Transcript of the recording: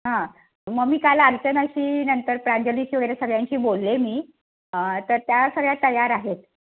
हां मग मी काल अर्चनाशी नंतर प्रांजलीशी वगैरे सगळ्यांशी बोलले मी तर त्या सगळ्या तयार आहेत